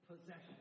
possession